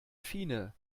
fine